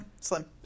slim